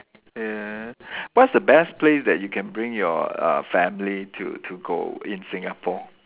ya what's the best place that you can bring your uh family to to go in Singapore